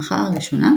המערכה הראשונה